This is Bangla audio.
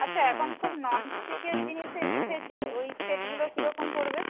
আচ্ছা এখন সব ননস্টিকের জিনিস উঠেছে ওই সেটগুলো কীরকম পড়বে